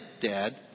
dad